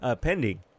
Pending